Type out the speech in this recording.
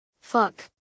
Fuck